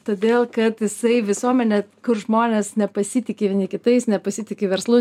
todėl kad jisai visuomenė kur žmonės nepasitiki kitais nepasitiki verslu